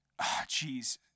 Jeez